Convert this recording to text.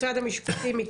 משרד המשפטים,